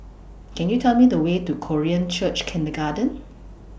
Can YOU Tell Me The Way to Korean Church Kindergarten